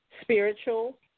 spiritual